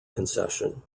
concession